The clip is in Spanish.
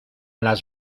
las